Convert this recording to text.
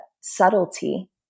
subtlety